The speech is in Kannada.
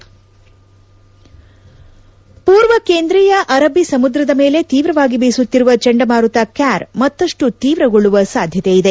ಹೆಡ್ ಮೂರ್ವ ಕೇಂದ್ರೀಯ ಅರಬ್ಬೀ ಸಮುದ್ರದ ಮೇಲೆ ತೀವ್ರವಾಗಿ ಬೀಸುತ್ತಿರುವ ಚಂಡಮಾರುತ ಕ್ವಾರ್ ಮತ್ತುಷ್ಟು ಶೀವ್ರಗೊಳ್ಳುವ ಸಾಧ್ಯತೆಯಿದೆ